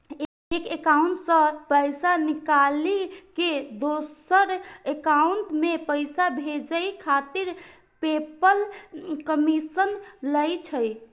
एक एकाउंट सं पैसा निकालि कें दोसर एकाउंट मे पैसा भेजै खातिर पेपल कमीशन लै छै